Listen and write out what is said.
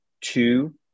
two